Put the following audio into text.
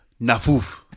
Nafuf